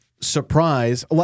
surprise